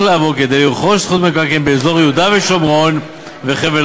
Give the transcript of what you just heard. לעבור כדי לרכוש זכות במקרקעין באזור יהודה ושומרון וחבל-עזה.